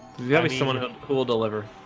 you someone who who will deliver